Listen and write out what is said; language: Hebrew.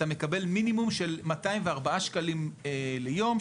אתה מקבל מינימום של 204 שקלים ליום,